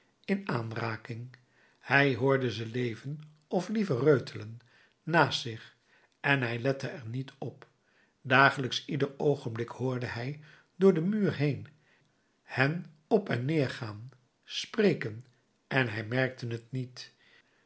in aanraking hij hoorde ze leven of liever reutelen naast zich en hij lette er niet op dagelijks ieder oogenblik hoorde hij door den muur heen hen op en neer gaan spreken en hij merkte t niet